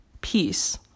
peace